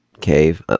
cave